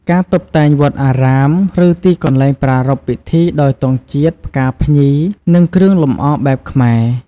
ការតុបតែងវត្តអារាម ឬទីកន្លែងប្រារព្ធពិធីដោយទង់ជាតិ ផ្កាភ្ញី និងគ្រឿងលម្អបែបខ្មែរ។